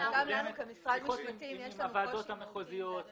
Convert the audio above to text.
כמשרד משפטים יש לנו קושי מהותי אמרנו לך,